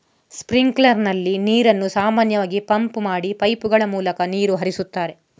sprinkler ನಲ್ಲಿ ನೀರನ್ನು ಸಾಮಾನ್ಯವಾಗಿ ಪಂಪ್ ಮಾಡಿ ಪೈಪುಗಳ ಮೂಲಕ ನೀರು ಹರಿಸ್ತಾರೆ